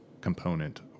component